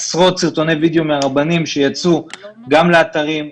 עשרות סרטוני וידיאו מרבנים שיצאו גם לאתרים,